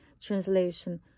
translation